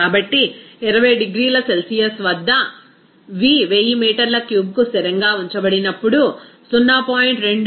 కాబట్టి 20 డిగ్రీల సెల్సియస్ వద్ద V 1000 మీటర్ల క్యూబ్గా స్థిరంగా ఉంచబడినప్పుడు 0